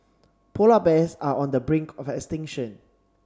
polar bears are on the brink of extinction